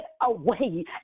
away